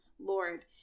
lord